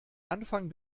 anfang